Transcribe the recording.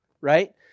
right